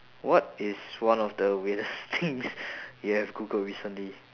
what is one of the weirdest things you have googled recently